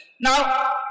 Now